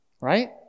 right